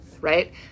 right